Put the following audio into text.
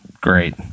Great